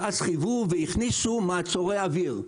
ואז חייבו והכניסו מעצורי אוויר.